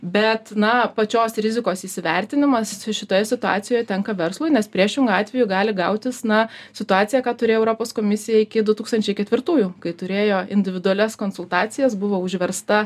bet na pačios rizikos įsivertinimas šitoje situacijoje tenka verslui nes priešingu atveju gali gautis na situacija ką turėjo europos komisija iki du tūkstančiai ketvirtųjų kai turėjo individualias konsultacijas buvo užversta